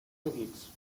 seguits